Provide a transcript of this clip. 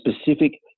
specific